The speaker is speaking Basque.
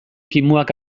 kimuak